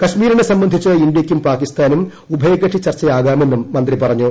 കാശ്മീരിനെ സംബന്ധിച്ച് ഇന്തൃയ്ക്കും പാകിസ്ഥാനും ഉഭയകക്ഷികൾ ചർച്ചയാകാമെന്നും മന്ത്രി പറഞ്ഞു